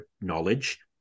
knowledge